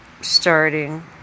starting